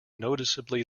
noticeably